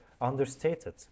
understated